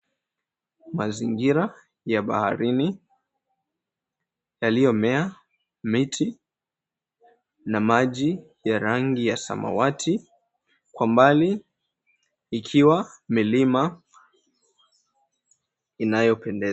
Mazingira ya baharini yaliyomea miti na maji ya rangi ya samawati. Kwa mbali ikiwa milima inayopendeza.